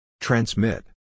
Transmit